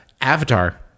avatar